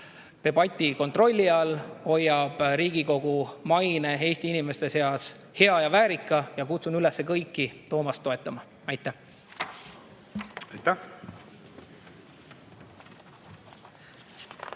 debati kontrolli all, hoiab Riigikogu maine Eesti inimeste seas hea ja väärika. Kutsun üles kõiki Toomast toetama. Aitäh!